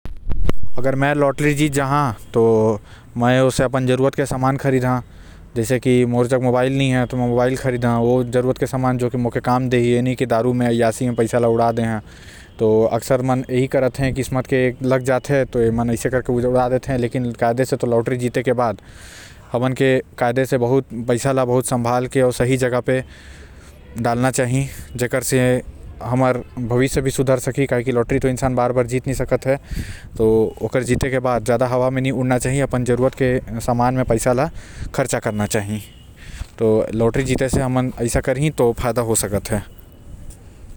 आगर मैं लॉटरी जीतहु त ओ पैसा से मै अपन जरूरत के सामान खरीदी जैसे मोर जग मोबाइल नो हे अछा तो मैं मोबाइल खरीदूं आऊ। पैसा ल कायदे से सम्भल के रखना चाही ओला गलत चीज़ म उड़ाना नहीं चाही।